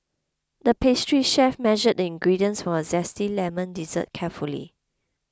the pastry chef measured the ingredients for a Zesty Lemon Dessert carefully